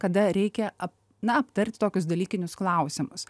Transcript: kada reikia ap na aptart tokius dalykinius klausimus